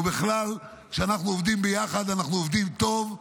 ובכלל, כשאנחנו עובדים ביחד אנחנו עובדים טוב,